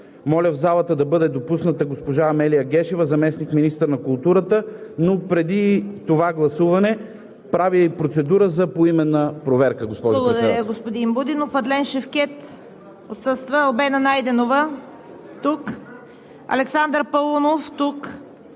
моля в залата да бъде допусната госпожа Амелия Гешева – заместник-министър на културата. Госпожо Председател, преди това гласуване правя и процедура за поименна проверка.